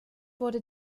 wurde